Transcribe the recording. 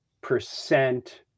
percent